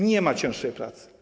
Nie ma cięższej pracy.